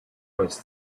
was